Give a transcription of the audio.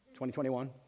2021